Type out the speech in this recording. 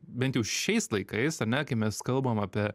bent jau šiais laikais ar ne kai mes kalbam apie